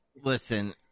Listen